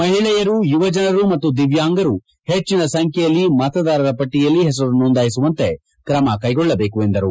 ಮಹಿಳೆಯರು ಯುವಜನರು ಮತ್ತು ದಿವ್ಯಾಂಗರು ಹೆಚ್ಚಿನ ಸಂಖ್ಯೆಯಲ್ಲಿ ಮತದಾರರ ಪಟ್ಟಿಯಲ್ಲಿ ಹೆಸರು ನೋಂದಾಯಿಸುವಂತೆ ಕ್ರಮ ಕೈಗೊಳ್ಳಬೇಕು ಎಂದರು